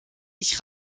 ich